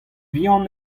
vihan